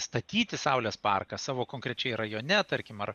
statyti saulės parką savo konkrečiai rajone tarkim ar